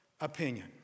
opinion